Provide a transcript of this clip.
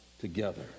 together